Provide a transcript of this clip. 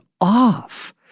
off